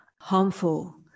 harmful